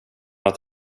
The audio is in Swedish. att